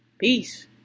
Peace